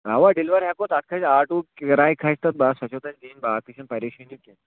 اَوا ڈیٚلِور ہیٚکو تَتھ کھژِ آٹو کِراے کھژِ تَتھ بَس سو چھَو تۄہہِ دِنۍ باقٕے چَھنہٕ پَریشٲنی کیٚنٛہہ